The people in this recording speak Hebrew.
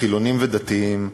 חילונים ודתיים,